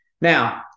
now